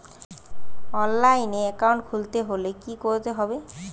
অনলাইনে একাউন্ট খুলতে হলে কি করতে হবে?